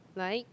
like